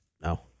No